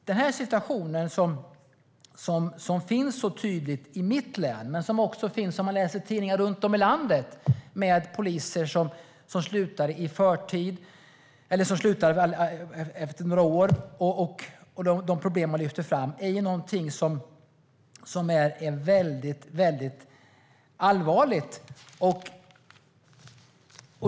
Den här situationen som så tydligt finns i mitt hemlän men som också finns runt om i landet, om man läser i tidningarna, med poliser som slutar efter några år och andra problem, är någonting väldigt allvarligt.